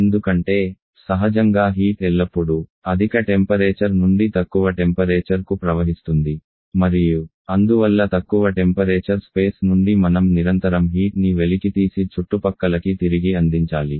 ఎందుకంటే సహజంగా వేడి ఎల్లప్పుడూ అధిక టెంపరేచర్ నుండి తక్కువ టెంపరేచర్ కు ప్రవహిస్తుంది మరియు అందువల్ల తక్కువ టెంపరేచర్ స్పేస్ నుండి మనం నిరంతరం హీట్ ని వెలికితీసి చుట్టుపక్కలకి తిరిగి అందించాలి